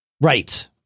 Right